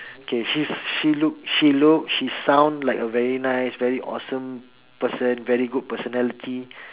K she's she looks she looks she sound like a very nice very awesome person very good personality